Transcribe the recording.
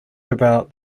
about